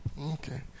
Okay